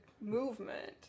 movement